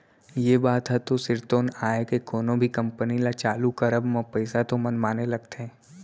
ये बात ह तो सिरतोन आय के कोनो भी कंपनी ल चालू करब म पइसा तो मनमाने लगथे